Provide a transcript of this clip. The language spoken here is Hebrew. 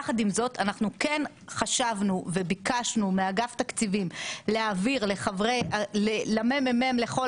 יחד עם זאת כן חשבנו וביקשנו מאגף תקציבים להעביר למ.מ.מ לכל